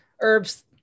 herbs